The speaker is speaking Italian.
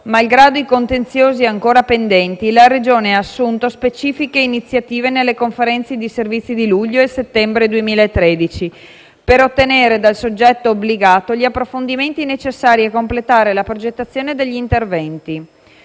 Malgrado i contenziosi ancora pendenti, la Regione ha assunto specifiche iniziative nelle Conferenze di servizi di luglio e settembre 2013 per ottenere dal soggetto obbligato gli approfondimenti necessari a completare la progettazione degli interventi.